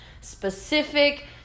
specific